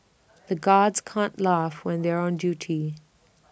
the guards can't laugh when they are on duty